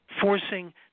forcing